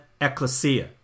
ecclesia